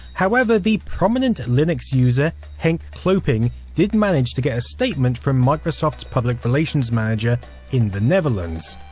however the prominent linux user henk kloepping did manage to get a statement from microsoft's public relations manager in the netherlands.